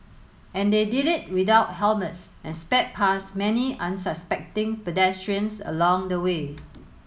and they did it without helmets and sped past many unsuspecting pedestrians along the way